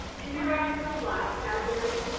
indirect is the last category.